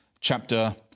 chapter